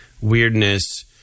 weirdness –